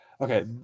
Okay